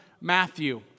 Matthew